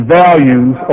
values